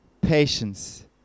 patience